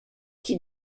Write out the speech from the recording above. qui